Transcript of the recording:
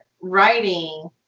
writing –